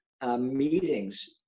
Meetings